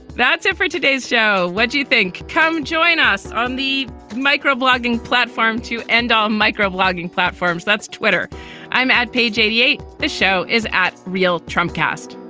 that's it for today's show. what do you think? come join us on the micro-blogging platform to end um microblogging platforms. that's twitter i'm at page eighty eight. the show is at real trump cast.